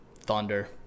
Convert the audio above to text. Thunder